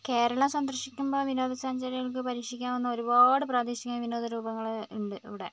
കേരളം സന്ദർശിക്കുമ്പോൾ വിനോദസഞ്ചാരികൾക്ക് പരീക്ഷിക്കാവുന്ന ഒരുപാട് പ്രാദേശികമായ വിനോദ രൂപങ്ങൾ ഉണ്ട് ഇവിടെ